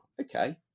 okay